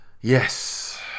Yes